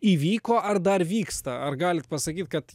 įvyko ar dar vyksta ar galite pasakyti kad